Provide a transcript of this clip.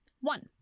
one